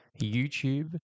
YouTube